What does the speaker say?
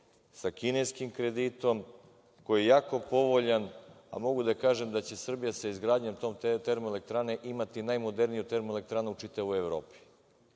sa kineskim kreditom, koji je jako povoljan, a mogu da kažem da će Srbija sa izgradnjom te termoelektrane imati najmoderniju termoelektranu u čitavoj